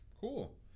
cool